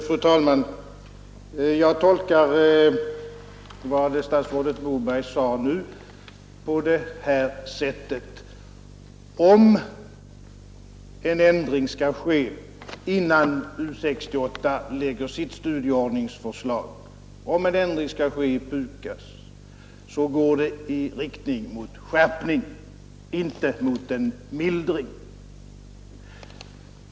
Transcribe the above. Fru talman! Jag tolkar vad statsrådet Moberg sade på detta sätt: Om en ändring av PUKAS skall ske innan U 68 lämnar sitt studieordningsförslag, går den i riktning mot skärpning, inte mot mildring.